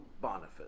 Boniface